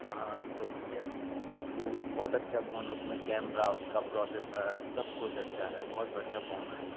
हाँ तो भैया वह भी बहुत अच्छा फोन है उसमें कैमरा उसका प्रोसेसर सब कुछ अच्छा है बहुत बढ़िया फोन है